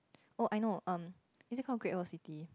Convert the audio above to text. oh I know um is it called Great-World-City